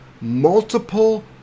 multiple